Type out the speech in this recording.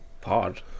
pod